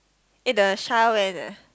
eh the Char went eh